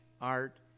art